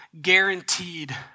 guaranteed